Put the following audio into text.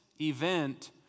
event